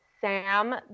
Sam